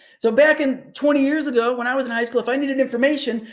so back in, twenty years ago, when i was in high school, if i needed information,